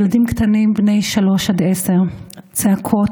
ילדים קטנים בני שלוש עד עשר, צעקות.